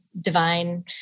divine